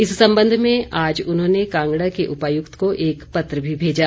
इस संबंध में आज उन्होंने कांगड़ा के उपायुक्त को एक पत्र भी भेजा